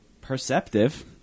perceptive